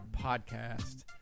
podcast